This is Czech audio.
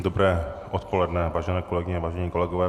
Dobré odpoledne, vážené kolegyně, vážení kolegové.